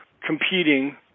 competing